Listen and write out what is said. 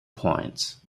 points